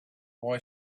boy